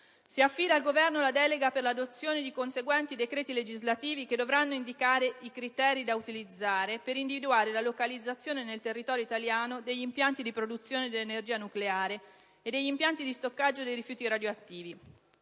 Si affida al Governo la delega per l'adozione di conseguenti decreti legislativi che dovranno indicare i criteri da utilizzare per individuare la localizzazione nel territorio italiano degli impianti di produzione dell'energia nucleare e degli impianti di stoccaggio dei rifiuti radioattivi.